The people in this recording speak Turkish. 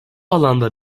alanda